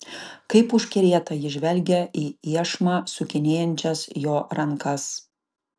kaip užkerėta ji žvelgė į iešmą sukinėjančias jo rankas